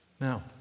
Now